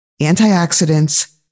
Antioxidants